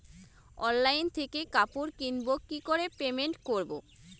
Online থেকে কাপড় কিনবো কি করে পেমেন্ট করবো?